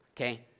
okay